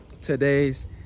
today's